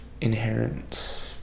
inherent